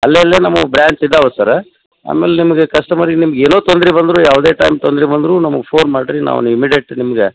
ಅಲ್ಲಲ್ಲೆ ನಮ್ಮದು ಬ್ರಾಂಚ್ ಇದಾವೆ ಸರ ಆಮೇಲೆ ನಿಮಗೆ ಕಸ್ಟಮರಿಗೆ ನಿಮ್ಗೆ ಏನೋ ತೊಂದ್ರೆ ಬಂದರು ಯಾವುದೇ ಟೈಮ್ ತೊಂದ್ರೆ ಬಂದರು ನಮಗೆ ಫೋನ್ ಮಾಡಿರಿ ನಾವು ನಿ ಇಮ್ಮಿಡೇಟ್ ನಿಮಗೆ